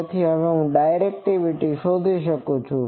તેથી હવે હું ડાયરેક્ટિવિટી શોધી શકું છું